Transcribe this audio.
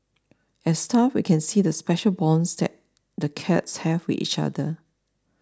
as staff we can see the special bonds that the cats have with each other